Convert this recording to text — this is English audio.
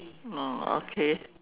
oh okay